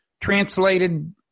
translated